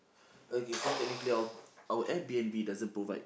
okay so technically our our air-B_N_B doesn't provide